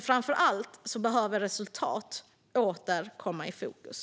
Framför allt behöver dock resultat åter komma i fokus.